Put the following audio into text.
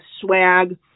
swag